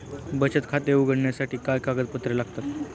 बचत खाते उघडण्यासाठी काय कागदपत्रे लागतात?